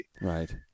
Right